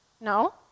No